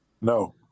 no